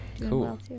Cool